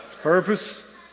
Purpose